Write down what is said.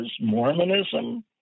Mormonism